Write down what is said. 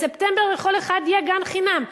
בספטמבר יהיה לכל אחד גן חינם.